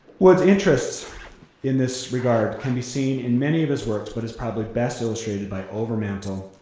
wood's interest in this regard can be seen in many of his works but is probably best illustrated by overmantel,